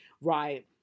right